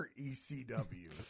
ECW